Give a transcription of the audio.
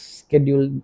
schedule